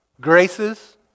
graces